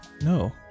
No